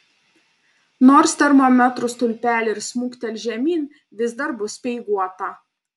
nors termometrų stulpeliai ir smuktels žemyn vis dar bus speiguota